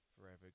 forever